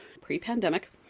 pre-pandemic